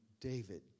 David